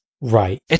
Right